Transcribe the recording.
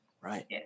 Right